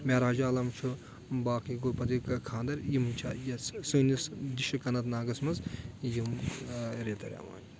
معراج عالَم چھُ باقٕے گوٚو پَتہٕ خاندَر یِم چھِ یَتھ سٲنِس ڈِسٹِرک اَنت ناگَس منٛز یِم ریتی رٮ۪واج